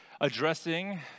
addressing